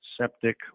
septic